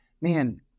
man